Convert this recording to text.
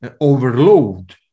overload